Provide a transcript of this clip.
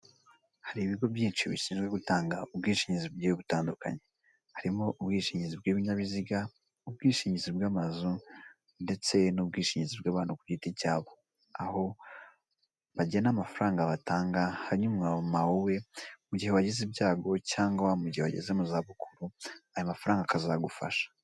Hari ibigo byinshi bishinzwe gutanga ubwishingizi bugiye butandukanye. Harimo: ubwishingizi bw'ibinyabiziga, ubwishingizi bw'amazu ndetse n'ubwishingizi bw'abantu ku giti cyabo. Aho bagena amafaranga batanga, hanyuma wowe, mu gihe wagize ibyago cyangwa mu gihe wageze mu zabukuru, ayo mafaranga akazagufasha.